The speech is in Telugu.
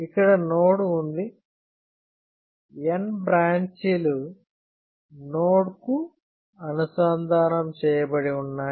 ఇక్కడ నోడ్ ఉంది N బ్రాంచీలు నోడ్కు అనుసంధానం చేయబడి ఉన్నాయి